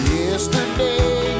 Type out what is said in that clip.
yesterday